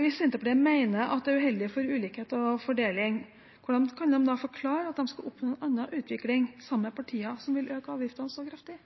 Hvis Senterpartiet mener at det er uheldig for ulikhet og fordeling, hvordan kan de da forklare at de skal oppnå en annen utvikling sammen med partier som vil øke avgiftene så kraftig?